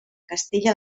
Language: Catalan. castella